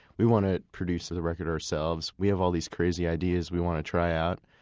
we want to produce the record ourselves. we have all these crazy ideas we want to try out.